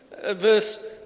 Verse